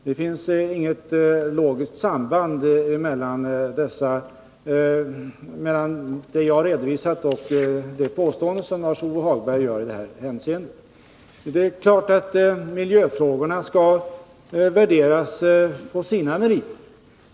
Det finns inget logiskt samband mellan det jag redovisat och det påstående Lars-Ove Hagberg gör. Det är klart att miljöfrågorna skall värderas på sina meriter.